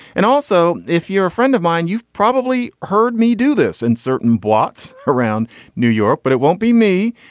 and also if you're a friend of mine you've probably heard me do this in certain blots around new york. but it won't be me.